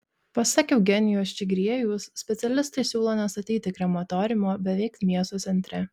pasak eugenijaus čigriejaus specialistai siūlo nestatyti krematoriumo beveik miesto centre